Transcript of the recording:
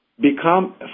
become